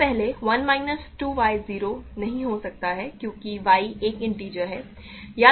सबसे पहले 1 minus 2 y 0 नहीं हो सकता क्योंकि y एक इन्टिजर है